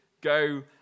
go